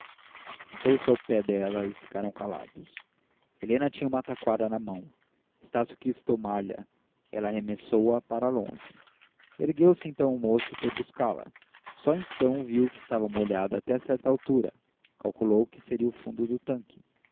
apenas sentou-se ao pé dela e ficaram calados helena tinha uma taquara na mão estácio quis tomar lha ela arremessou a para longe ergueu-se então o moço e foi buscá-la só então viu que estava molhada até certa altura calculou que seria o fundo do tanque